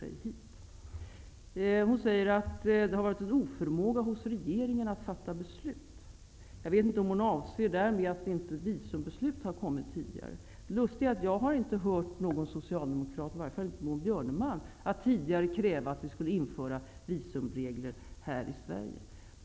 Maud Björnemalm säger att det har funnits en oförmåga hos regeringen att fatta beslut. Jag vet inte om hon därmed avser att beslut om visumtvång inte har kommit tidigare. Jag har inte tidigare hört någon socialdemokrat, i varje fall inte Maud Björnemalm, kräva att vi skulle införa visumregler här i Sverige.